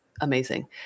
amazing